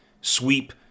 sweep